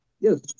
yes